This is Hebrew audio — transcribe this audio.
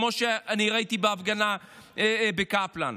כמו שראיתי בהפגנה בקפלן.